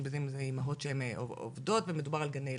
אם זה אימהות שעובדות ומדובר על גני ילדים,